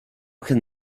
can